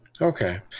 Okay